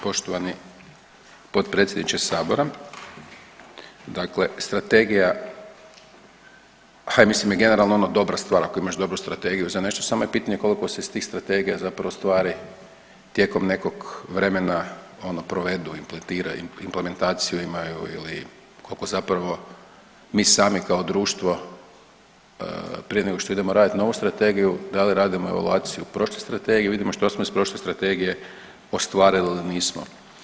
Poštovani potpredsjedniče sabora, dakle strategija, a ja mislim je generalno ono dobra stvar ako imaš dobru strategiju za nešto samo je pitanje koliko se iz tih strategija zapravo stvari tijekom nekog vremena ono provedu, impletira, implementaciju imaju ili kolko zapravo mi sami kao društvo prije nego što idemo radit novu strategiju da li radimo evaluaciju prošle strategije i vidimo što smo iz prošle strategije ostvarili ili nismo.